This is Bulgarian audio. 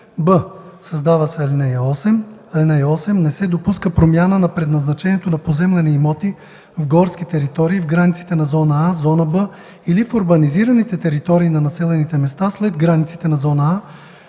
б) създава се ал. 8: „(8) Не се допуска промяна на предназначението на поземлени имоти в горски територии в границите на зона „А”, зона „Б” или в урбанизираните територии на населените места след границите на зона „А”